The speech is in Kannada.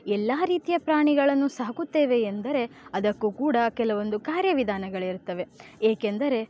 ಎಲ್ಲ ರೀತಿಯ ಪ್ರಾಣಿಗಳನ್ನು ಸಾಕುತ್ತೇವೆ ಎಂದರೆ ಅದಕ್ಕೂ ಕೂಡ ಕೆಲವೊಂದು ಕಾರ್ಯವಿಧಾನಗಳಿರುತ್ತವೆ ಏಕೆಂದರೆ